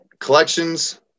collections